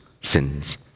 sins